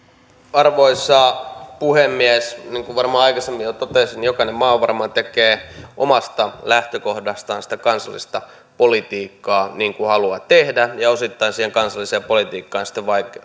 arvoisa puhemies niin kuin varmaan aikaisemmin jo totesin jokainen maa varmaan tekee omasta lähtökohdastaan sitä kansallista politiikkaa niin kuin haluaa tehdä ja osittain siihen kansalliseen politiikkaan sitten